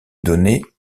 donnée